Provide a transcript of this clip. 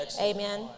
Amen